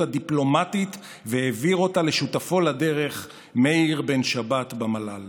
הדיפלומטית והעביר אותה לשותפו לדרך מאיר בן שבת במל"ל.